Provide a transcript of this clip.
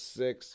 six